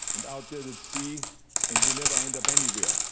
and out there at sea and will never end up anywhere.